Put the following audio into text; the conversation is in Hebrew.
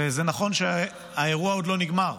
וזה נכון שהאירוע עוד לא נגמר.